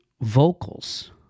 vocals